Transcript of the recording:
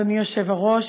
אדוני היושב-ראש,